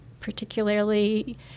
particularly